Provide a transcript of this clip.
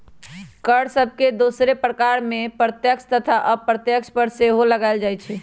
कर सभके दोसरो प्रकार में प्रत्यक्ष तथा अप्रत्यक्ष कर सेहो लगाएल जाइ छइ